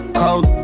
cold